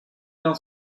bien